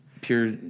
pure